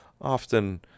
often